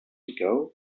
ago